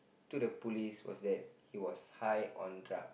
to the police was that he was high on drug